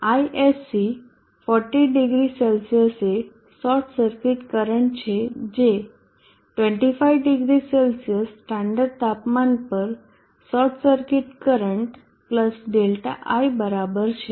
ISC 400 C એ short circuit current છે જે 250C સ્ટાન્ડર્ડ તાપમાન પર શોર્ટ સર્કિટ કરંટ Δi બરાબર છે